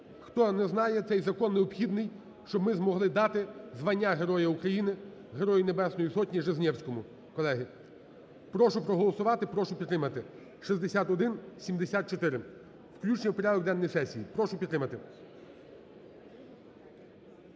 Хто не знає, цей закон необхідний, щоб ми змогли дати звання Герой України Герою Небесної Сотні Жизнєвському. Колеги, прошу проголосувати. Прошу підтримати 6174 включення в порядок денний сесії. Прошу підтримати.